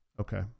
okay